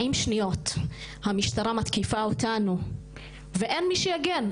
שניות המשטרה מתקיפה אותנו ואין מי שיגן,